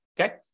okay